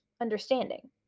understanding